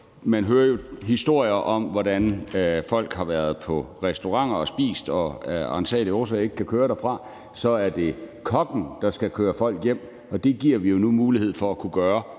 Man hører jo historier om, at folk har været på restauranter og spist og af uransagelige årsager ikke kan køre derfra. Så er det kokken, der skal køre folk hjem, og det giver vi nu mulighed for at kunne gøre